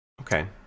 okay